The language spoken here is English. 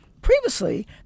Previously